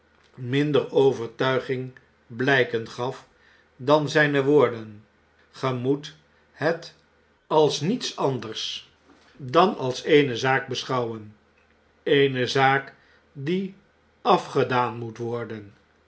minder overtuiging blijken gaf dan zijne woorden ge moet net als niets anders dan als eene zaak beschouwen eene zaak die afgedaan moet wordenl